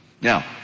Now